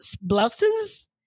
blouses